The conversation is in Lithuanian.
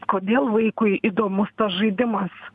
kodėl vaikui įdomus tas žaidimas